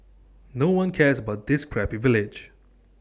no one cares about this crappy village